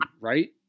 right